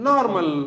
Normal